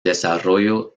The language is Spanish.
desarrollo